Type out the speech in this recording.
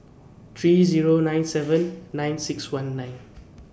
three Zero nine seven nine six one nine